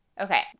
Okay